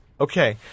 Okay